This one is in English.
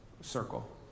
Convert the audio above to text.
circle